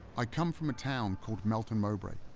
i come from a town called melton mowbray,